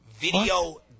video